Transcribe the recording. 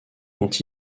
dont